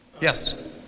Yes